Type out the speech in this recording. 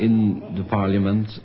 in the parliament